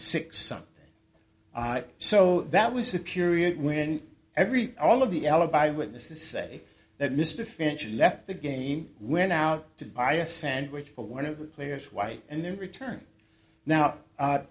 six something so that was a period when every all of the alibi witnesses say that mr financially left the game went out to buy a sandwich for one of the players white and then return now